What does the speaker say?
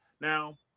Now